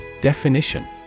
Definition